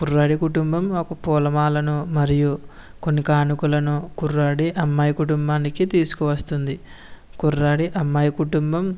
కుర్రాడి కుటుంబం ఒక పూలమాలను మరియు కొన్ని కానుకలను కుర్రాడి అమ్మాయి కుటుంబానికి తీసుకవస్తుంది కుర్రాడి అమ్మాయి కుటుంబం